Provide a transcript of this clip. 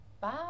bye